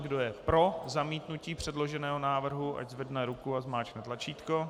Kdo je pro zamítnutí předloženého návrhu, ať zvedne ruku a zmáčkne tlačítko.